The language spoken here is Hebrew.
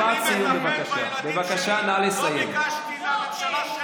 תודה, דודי, חבר הכנסת אמסלם.